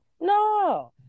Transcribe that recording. no